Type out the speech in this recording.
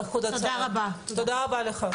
תודה רבה לך.